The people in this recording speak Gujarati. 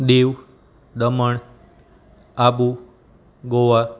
દિવ દમણ આબુ ગોવા